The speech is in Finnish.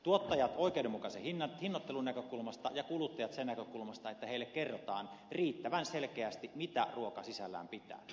tuottajat oikeudenmukaisen hinnoittelun näkökulmasta ja kuluttajat siitä näkökulmasta että heille kerrotaan riittävän selkeästi mitä ruoka sisällään pitää